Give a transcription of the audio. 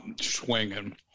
swinging